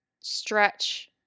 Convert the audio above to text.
stretch